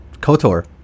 Kotor